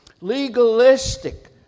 legalistic